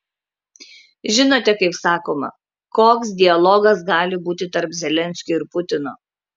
žinote kaip sakoma koks dialogas gali būti tarp zelenskio ir putino